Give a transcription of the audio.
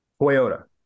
Toyota